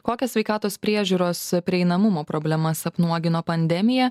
kokias sveikatos priežiūros prieinamumo problemas apnuogino pandemija